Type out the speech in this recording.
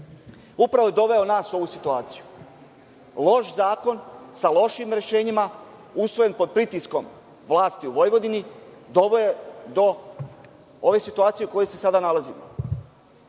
upravo je doveo nas u ovu situaciju. Loš zakon, sa lošim rešenjima, usvojen pod pritiskom vlasti u Vojvodini, doveo je do ove situacije u kojoj se sada nalazimo.